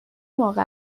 موقع